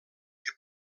que